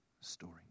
story